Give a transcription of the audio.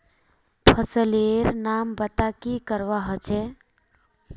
फसल लेर नाम बता की करवा होचे?